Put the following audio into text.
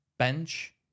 bench